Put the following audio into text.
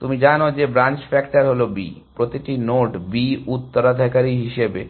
তুমি জানো যে ব্রাঞ্চ ফ্যাক্টর হল b প্রতিটি নোড b উত্তরাধিকারী হিসাবে